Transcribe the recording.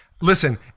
Listen